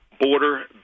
border